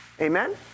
Amen